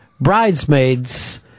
Bridesmaids